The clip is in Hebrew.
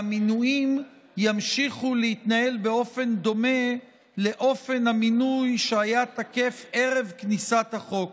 והמינויים ימשיכו באופן דומה לאופן המינוי שהיה תקף ערב כניסת החוק.